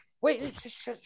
Wait